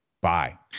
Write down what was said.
bye